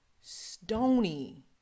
stony